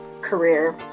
career